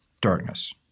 darkness